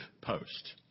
post